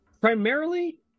Primarily